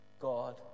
God